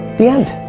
the end!